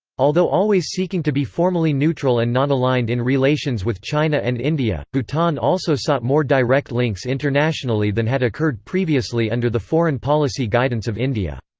although always seeking to be formally neutral and nonaligned in relations with china and india, bhutan also sought more direct links internationally than had occurred previously under the foreign-policy guidance of india.